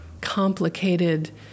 complicated